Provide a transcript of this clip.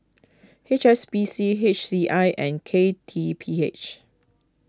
H S B C H C I and K T P H